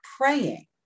praying